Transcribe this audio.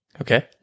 Okay